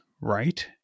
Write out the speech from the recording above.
right